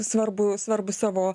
svarbų svarbų savo